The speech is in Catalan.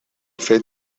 fet